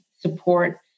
support